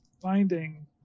finding